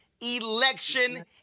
election